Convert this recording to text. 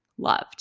loved